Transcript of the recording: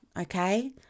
Okay